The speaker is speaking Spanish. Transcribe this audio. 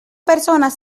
personas